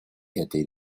этой